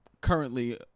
currently